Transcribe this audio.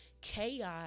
chaos